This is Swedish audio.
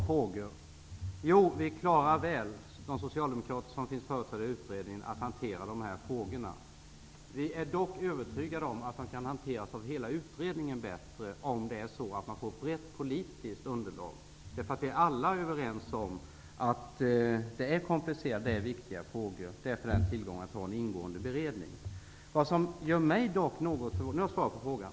Fru talman! Vi socialdemokrater i utredningen klarar att hantera dessa frågor väl. Vi är dock övertygade om att frågorna kan hanteras bättre av hela utredningen om det blir ett brett politiskt underlag. Vi är alla i utredningen överens om att det här är komplicerade och viktiga frågor. Därför är det en tillgång att ha en ingående beredning. Nu har jag svarat på frågan.